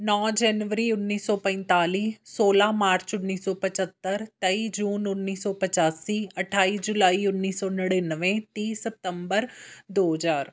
ਨੌ ਜਨਵਰੀ ਉੱਨੀ ਸੌੌ ਪੰਤਾਲੀ ਸੌੌਲਾਂ ਮਾਰਚ ਉੱਨੀ ਸੌੌ ਪੰਝੱਤਰ ਤੇਈ ਜੂਨ ਉੱਨੀ ਸੌੌ ਪਚਾਸੀ ਅਠਾਈ ਜੁਲਾਈ ਉੱਨੀ ਸੌ ਨੜਿਨਵੇਂ ਤੀਹ ਸਤੰਬਰ ਦੋੋ ਹਜ਼ਾਰ